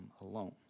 alone